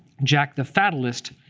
jacques the fatalist,